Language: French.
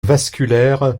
vasculaires